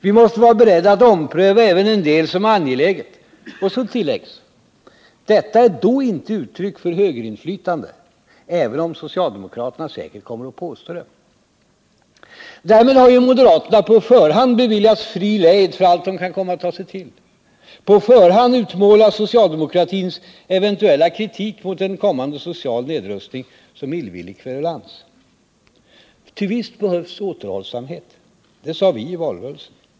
Vi måste vara beredda att ompröva även en del som är angeläget. Så tilläggs: ”Detta är då inte uttryck för högerinflytande —- även om socialdemokraterna säkert kommer att påstå det.” Därmed har moderaterna på förhand beviljats fri lejd för allt de kan komma att ta sig till. På förhand utmålas socialdemokratins eventuella kritik mot en kommande social nedrustning som illvillig kverulans. Visst behövs återhållsamhet. Det sade vi i valrörelsen.